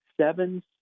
seven